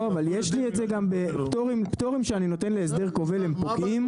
אבל יש לי את זה גם בפטורים שאני נותן להסדר כובל הם פוקעים.